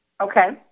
Okay